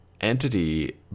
entity